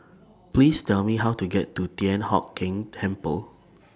Please Tell Me How to get to Thian Hock Keng Temple